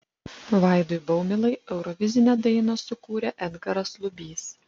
vaidui baumilai eurovizinę dainą sukūrė edgaras lubys